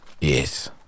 Yes